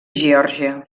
geòrgia